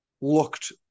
looked